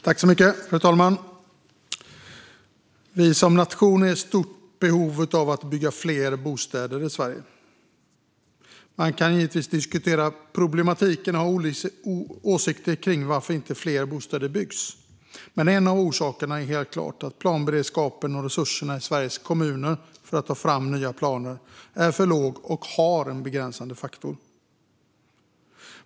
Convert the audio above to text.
Fru talman! Som nation är vi i stort behov av att bygga fler bostäder i Sverige. Man kan givetvis diskutera problematiken och ha olika åsikter om varför inte fler bostäder byggs, men en av orsakerna är helt klart att planberedskapen och resurserna i Sveriges kommuner för att ta fram nya planer inte räcker till, och det utgör en begränsande faktor.